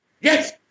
Yes